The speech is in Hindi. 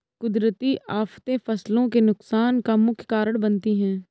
कुदरती आफतें फसलों के नुकसान का मुख्य कारण बनती है